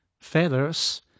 Feathers